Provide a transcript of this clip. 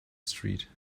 street